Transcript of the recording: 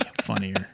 funnier